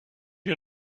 you